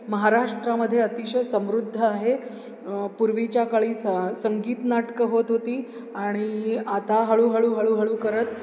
महाराष्ट्रामध्ये अतिशय समृद्ध आहे पूर्वीच्या काळी सा संगीत नाटकं होत होती आणि आता हळूहळू हळूहळू करत